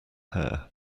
hair